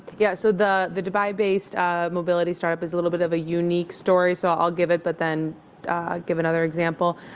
yeah, so the the dubai-based mobility start-up is a little bit of a unique story. so i'll give it, but then i'll give another example.